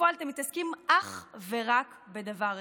בפועל אתם מתעסקים אך ורק בדבר אחד,